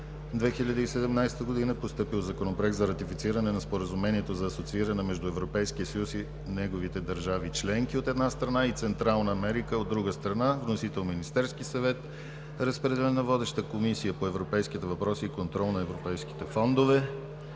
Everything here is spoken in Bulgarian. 2017 г. е постъпил Законопроект за ратифициране на Споразумението за асоцииране между Европейския съюз и неговите държави членки, от една страна, и Централна Америка, от друга страна. Вносител: Министерският съвет. Водеща е Комисията по европейските въпроси и контрол на европейските фондове.